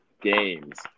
games